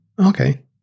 Okay